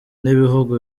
n’ibihugu